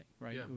right